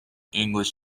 english